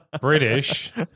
British